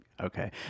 okay